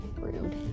rude